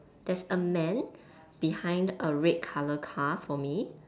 there's a man behind a red colour car for me